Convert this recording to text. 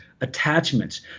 attachments